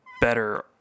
better